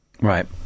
right